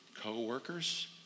coworkers